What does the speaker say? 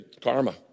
karma